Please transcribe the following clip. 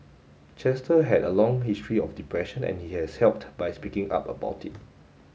Chester had a long history of depression and he has helped by speaking up about it